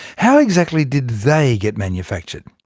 how exactly did they get manufactured?